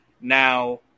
Now